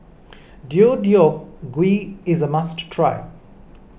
Deodeok Gui is a must try